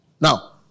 Now